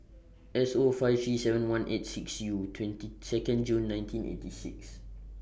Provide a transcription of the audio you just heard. S O five three seven one eight six U twenty Second June nineteen eighty six